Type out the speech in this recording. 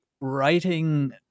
writing